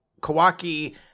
Kawaki